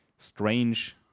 strange